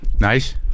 Nice